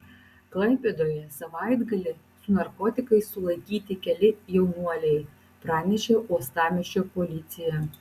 klaipėdoje savaitgalį su narkotikais sulaikyti keli jaunuoliai pranešė uostamiesčio policija